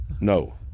No